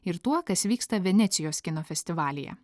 ir tuo kas vyksta venecijos kino festivalyje